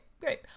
great